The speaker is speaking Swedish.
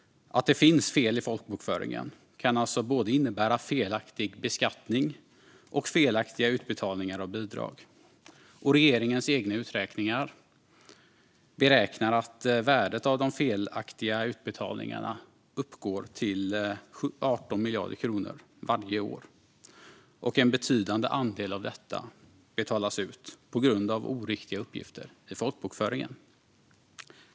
Att det finns fel i folkbokföringen kan alltså innebära både felaktig beskattning och felaktiga utbetalningar av bidrag. Regeringens egna utredningar beräknar att värdet av de felaktiga utbetalningarna uppgår till 18 miljarder kronor varje år, och en betydande del av detta betalas ut på grund av oriktiga uppgifter i folkbokföringen.